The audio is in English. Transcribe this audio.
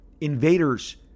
Invaders